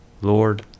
Lord